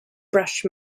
brush